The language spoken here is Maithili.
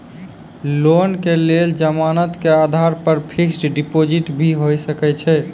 लोन के लेल जमानत के आधार पर फिक्स्ड डिपोजिट भी होय सके छै?